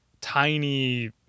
tiny